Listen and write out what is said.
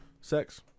sex